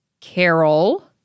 Carol